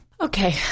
Okay